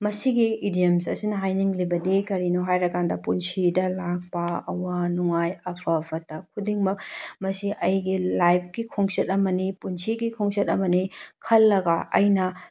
ꯃꯁꯤꯒꯤ ꯏꯗꯤꯌꯝꯁ ꯑꯁꯤꯅ ꯍꯥꯏꯅꯤꯡꯂꯤꯕꯗꯤ ꯀꯔꯤꯅꯣ ꯍꯥꯏꯔꯀꯥꯟꯗ ꯄꯨꯟꯁꯤꯗ ꯂꯥꯛꯄ ꯑꯋꯥ ꯅꯨꯡꯉꯥꯏ ꯑꯐ ꯐꯠꯇ ꯈꯨꯗꯤꯡꯃꯛ ꯃꯁꯤ ꯑꯩꯒꯤ ꯂꯥꯏꯐꯀꯤ ꯈꯣꯡꯆꯠ ꯑꯃꯅꯤ ꯄꯨꯟꯁꯤꯒꯤ ꯈꯣꯡꯆꯠ ꯑꯃꯅꯤ ꯈꯜꯂꯒ ꯑꯩꯅ